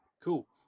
Cool